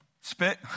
Spit